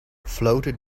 floated